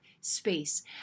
space